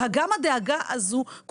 וגם הדאגה הזו,